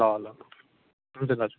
ल ल हुन्छ दाजु